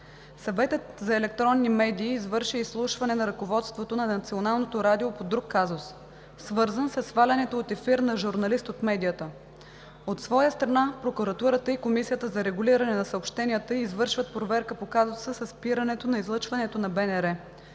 Съветът за електронни медии извърши изслушване на ръководството на Националното радио по друг казус, свързан със свалянето от ефир на журналист от медията. От своя страна Прокуратурата и Комисията за регулиране на съобщенията извършват проверка по казуса със спирането на излъчването на БНР.